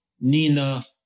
Nina